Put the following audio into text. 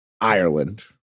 Ireland